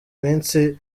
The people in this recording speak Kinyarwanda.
minsi